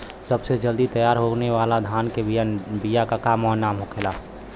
सबसे जल्दी तैयार होने वाला धान के बिया का का नाम होखेला?